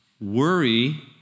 Worry